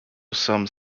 some